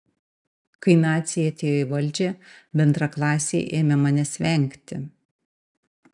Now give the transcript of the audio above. kai naciai atėjo į valdžią bendraklasiai ėmė manęs vengti